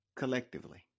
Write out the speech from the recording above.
Collectively